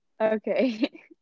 Okay